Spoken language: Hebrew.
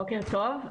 בוקר טוב.